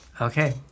Okay